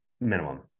minimum